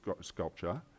sculpture